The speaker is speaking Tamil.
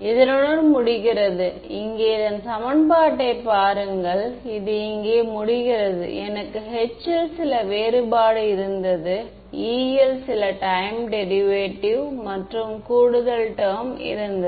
எதுவும் செய்யவில்லை சமன்பாடுகள் மற்றும் லாசி மீடியம்கள் PML பற்றி எதுவும் குறிப்பிடப்படவில்லை